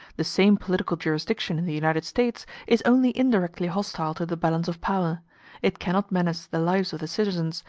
the same political jurisdiction in the united states is only indirectly hostile to the balance of power it cannot menace the lives of the citizens,